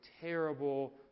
terrible